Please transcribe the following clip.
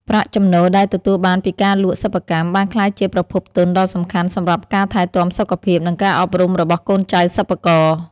ប្រាក់ចំណូលដែលទទួលបានពីការលក់សិប្បកម្ម បានក្លាយជាប្រភពទុនដ៏សំខាន់សម្រាប់ការថែទាំសុខភាព និងការអប់រំរបស់កូនចៅសិប្បករ។